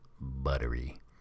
buttery